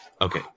Okay